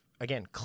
again